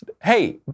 Hey